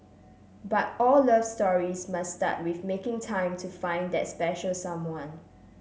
but all love stories must start with making time to find that special someone